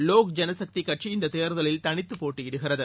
லோக் ஜனசக்தி கட்சி இந்தத் தேர்தலில் தனித்துப் போட்டியிடுகிறது